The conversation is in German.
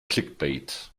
clickbait